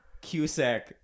Cusack